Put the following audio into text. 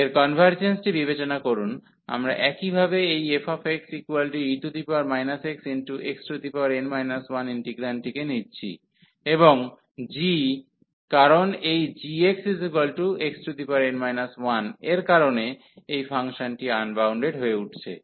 এর কনভার্জেন্সটি বিবেচনা করুন আমরা একই ভাবে এই fxe xxn 1 ইন্টিগ্রান্ডটিকে নিচ্ছি এবং g কারণ এই gxxn 1 এর কারণে এই ফাংশনটি আনবাউন্ডেড হয়ে উঠছে